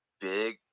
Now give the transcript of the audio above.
big